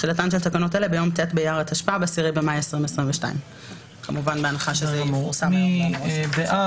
תחילתן של תקנות אלה ביום ט' באייר התשפ"ב (10 במאי 2022). מי בעד?